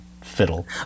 fiddle